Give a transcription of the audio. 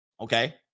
Okay